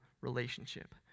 relationship